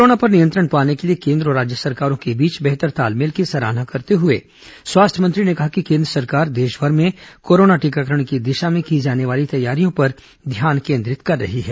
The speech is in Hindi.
कोरोना पर नियंत्रण पाने के लिए केन्द्र और राज्य सरकारों के बीच बेहतर तालमेल की सराहना करते हुए स्वास्थ्य मंत्री ने कहा कि केन्द्र सरकार देशभर में कोरोना टीकाकरण की दिशा में की जाने वाली तैयारियों पर ध्यान केन्द्रित कर रही है